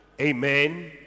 Amen